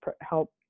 help